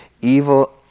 evil